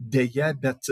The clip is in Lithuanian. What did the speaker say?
deja bet